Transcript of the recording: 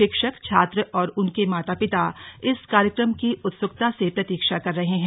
शिक्षक छात्र और उनके माता पिता इस कार्यक्रम की उत्सुकता से प्रतीक्षा कर रहे हैं